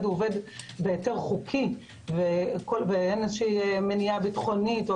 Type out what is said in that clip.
עובד בהיתר חוקי ואין איזושהי מניעה ביטחונית או